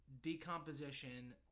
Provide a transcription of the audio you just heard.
decomposition